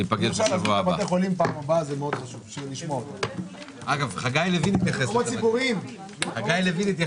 הישיבה ננעלה בשעה 11:00.